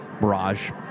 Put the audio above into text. Mirage